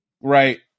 right –